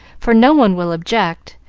for no one will object,